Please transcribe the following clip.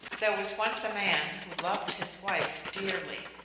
there was once a man who loved his wife dearly.